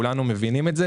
זה,